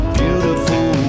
beautiful